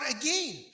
again